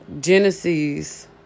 Genesis